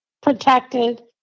protected